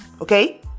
okay